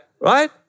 Right